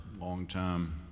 longtime